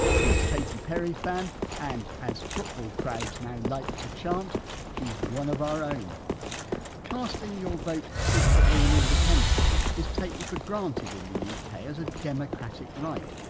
she's a katy perry fan and as football crowds now like to chant she's one of our own casting your vote secretly and independently is taken for granted in the yeah uk as a democratic right.